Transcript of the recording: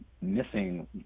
missing